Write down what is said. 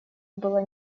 было